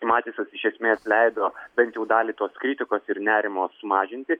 matisas iš esmės leido bent jau dalį tos kritikos ir nerimo sumažinti